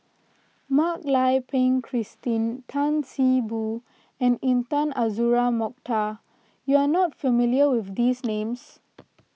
Mak Lai Peng Christine Tan See Boo and Intan Azura Mokhtar you are not familiar with these names